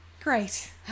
Great